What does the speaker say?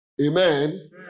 Amen